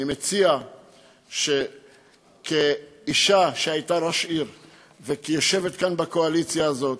אני מציע שכאישה שהייתה ראש עיר וכמי שיושבת כאן בקואליציה הזאת,